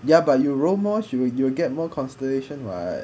ya but you role more she will you will get more constellation [what]